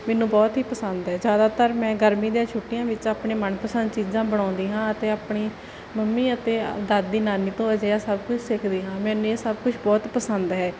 ਮੈਨੂੰ ਬਹੁਤ ਹੀ ਪਸੰਦ ਐ ਜਿਆਦਾਤਰ ਮੈਂ ਗਰਮੀ ਦੀਆਂ ਛੁੱਟੀਆਂ ਵਿੱਚ ਆਪਣੀ ਮਨਪਸੰਦ ਚੀਜਾਂ ਬਣਾਉਂਦੀ ਹਾਂ ਅਤੇ ਆਪਣੀ ਮੰਮੀ ਅਤੇ ਦਾਦੀ ਨਾਨੀ ਭੂਆ ਜੀ ਸਭ ਕੁਛ ਸਿੱਖਦੀ ਹਾਂ ਮੈਨੂੰ ਇਹ ਸਭ ਕੁਛ ਬਹੁਤ ਪਸੰਦ ਹੈ